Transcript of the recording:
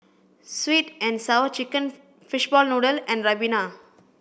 sweet and sour chicken fishball noodle and ribena